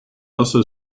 also